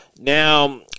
Now